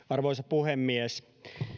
arvoisa puhemies